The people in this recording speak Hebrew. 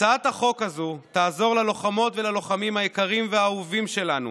הצעת החוק הזאת תעזור ללוחמות וללוחמים היקרים והאהובים שלנו